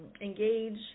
engage